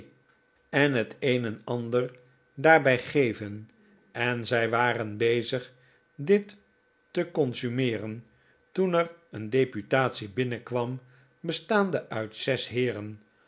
en het een en ander daarbij geven en zij waren bezig dit te consumeeren toen er een deputatie binnenkwam bestaande uit zes heeren